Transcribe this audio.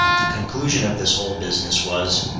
the conclusion of this whole business was,